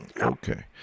Okay